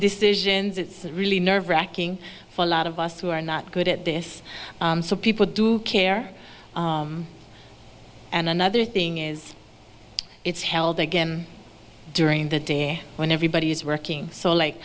decisions it's really nerve wracking for a lot of us who are not good at this people do care and another thing is it's held again during the day when everybody is working so like